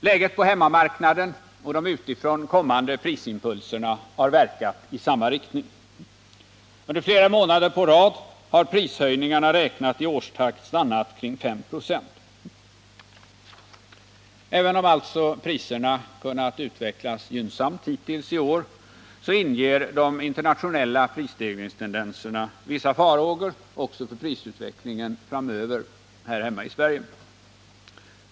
Läget på hemmamarknaden och de utifrån kommande prisimpulserna har verkat i samma riktning. Under flera månader i rad har prishöjningarna räknat i årstakt stannat kring 5 26. Även om alltså prisutvecklingen varit gynnsam hittills i år, så inger de internationella prisstegringstendenserna vissa farhågor också för prisutvecklingen framöver här hemma i Sverige.